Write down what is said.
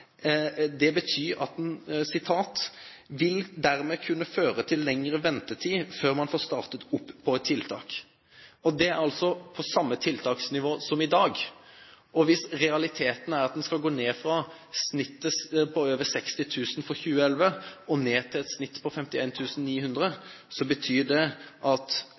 vil dermed «kunne føre til lengre ventetid før man får startet opp på et tiltak». Hvis realiteten er at en skal gå ned fra et snitt på over 60 000 for 2011 og ned til et snitt på 51 900, betyr det at